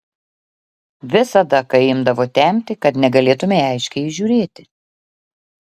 visada kai imdavo temti kad negalėtumei aiškiai įžiūrėti